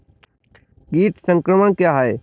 कीट संक्रमण क्या है?